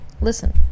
Listen